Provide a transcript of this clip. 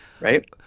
Right